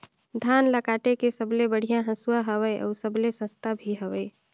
धान ल काटे के सबले बढ़िया हंसुवा हवये? अउ सबले सस्ता भी हवे?